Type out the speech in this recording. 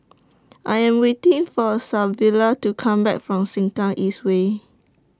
I Am waiting For Savilla to Come Back from Sengkang East Way